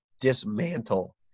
dismantle